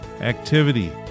activity